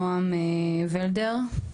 נעם ולדר,